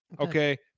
Okay